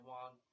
one